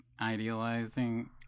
idealizing